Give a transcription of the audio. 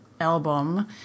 album